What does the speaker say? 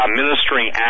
ministering